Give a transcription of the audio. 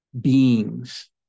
beings